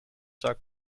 zak